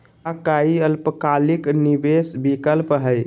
का काई अल्पकालिक निवेस विकल्प हई?